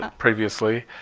previously.